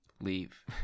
leave